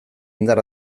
indar